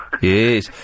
Yes